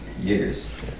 years